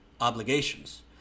obligations